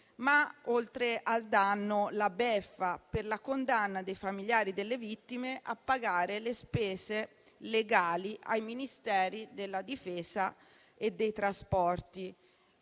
Ma, oltre al danno, la beffa, per la condanna dei familiari delle vittime a pagare le spese legali ai Ministeri della difesa e dei trasporti: